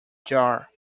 jar